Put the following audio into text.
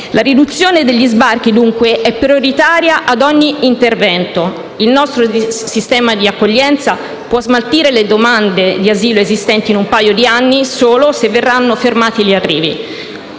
La riduzione degli sbarchi, dunque, è prioritaria a ogni intervento. Il nostro sistema di accoglienza può smaltire le domande di asilo esistenti in un paio di anni solo se verranno fermati gli arrivi.